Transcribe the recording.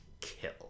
kill